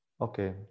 okay